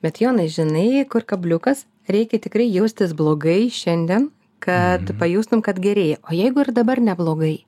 bet jonai žinai kur kabliukas reikia tikrai jaustis blogai šiandien kad pajustum kad gerėja o jeigu ir dabar neblogai